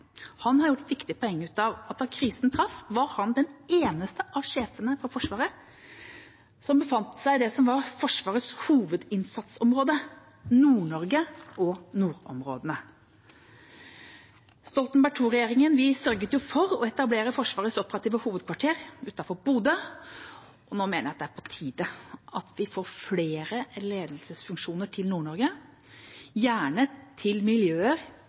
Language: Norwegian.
Han har gjort et viktig poeng ut av at da krisen traff, var han den eneste av sjefene i Forsvaret som befant seg i Forsvarets hovedinnsatsområde, Nord-Norge og nordområdene. Stoltenberg II-regjeringen sørget for å etablere Forsvarets operative hovedkvarter utenfor Bodø. Nå mener jeg det er på tide at vi får flere ledelsesfunksjoner til Nord-Norge, gjerne til